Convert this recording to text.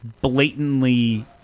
blatantly